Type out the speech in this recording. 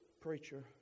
preacher